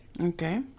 Okay